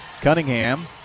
Cunningham